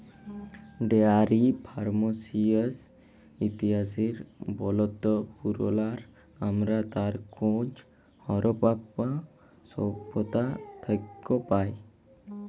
dairy ফারমিংয়ের ইতিহাস বহুত পুরাল আমরা তার খোঁজ হরপ্পা সভ্যতা থ্যাকে পায়